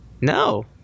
No